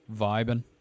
Vibing